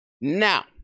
Now